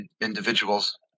individuals